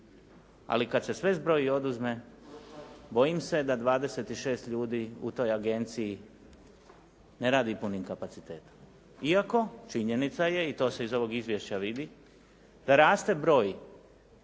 Ali kad se sve zbroji i oduzme bojim se da 26 ljudi u toj agenciji ne radi punim kapacitetom. Iako činjenica je i to se iz ovog izvješća vidi da raste broj